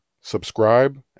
subscribe